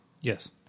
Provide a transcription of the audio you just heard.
Yes